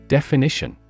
Definition